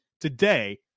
today